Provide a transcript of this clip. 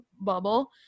bubble